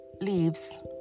leaves